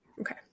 Okay